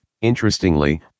Interestingly